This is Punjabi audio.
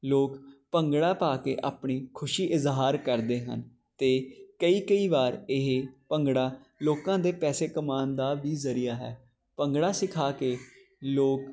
ਲੋਕ ਭੰਗੜਾ ਪਾ ਕੇ ਆਪਣੀ ਖੁਸ਼ੀ ਇਜ਼ਹਾਰ ਕਰਦੇ ਹਨ ਅਤੇ ਕਈ ਕਈ ਵਾਰ ਇਹ ਭੰਗੜਾ ਲੋਕਾਂ ਦੇ ਪੈਸੇ ਕਮਾਉਣ ਦਾ ਵੀ ਜ਼ਰੀਆ ਹੈ ਭੰਗੜਾ ਸਿਖਾ ਕੇ ਲੋਕ